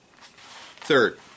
Third